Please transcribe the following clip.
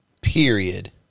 Period